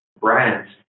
brands